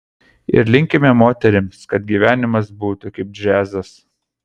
ir linkime moterims kad gyvenimas būtų kaip džiazas